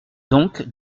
donc